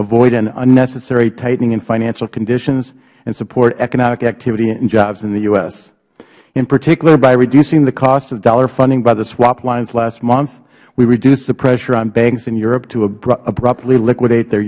avoid an unnecessary tightening in financial conditions and support economic activity and jobs in the u s in particular by reducing the cost of dollar funding by the swap lines last month we reduced the pressure on banks in europe to abruptly liquidate their